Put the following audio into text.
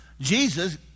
Jesus